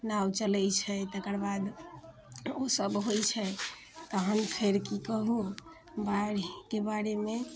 नाव चलै छै तकर बाद उ सभ होइ छै तहन फेर की कहु बाढ़िके बारेमे